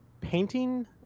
painting